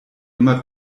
immer